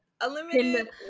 unlimited